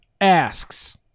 asks